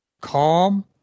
Calm